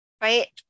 right